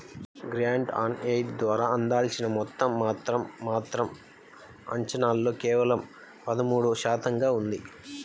grant on aid ద్వారా అందాల్సిన మొత్తం మాత్రం మాత్రం అంచనాల్లో కేవలం పదమూడు శాతంగా ఉంది